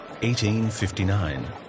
1859